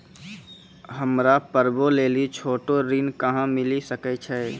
हमरा पर्वो लेली छोटो ऋण कहां मिली सकै छै?